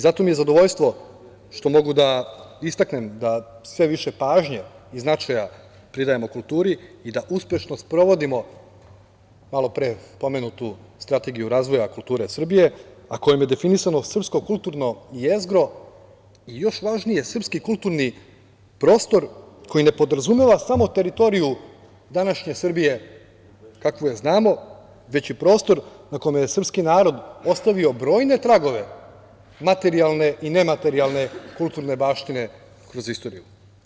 Zato mi je zadovoljstvo što mogu da istaknem da sve više pažnje i značaja pridajemo kulturi i da uspešno sprovodimo malopre pomenutu Strategiju razvoja kulture Srbije, a kojom je definisano srpsko kulturno jezgro i, još važnije, srpski kulturni prostor koji ne podrazumeva samo teritoriju današnje Srbije kakvu je znamo, već i prostor na kome je srpski narod ostavio brojne tragove materijalne i nematerijalne kulturne baštine kroz istoriju.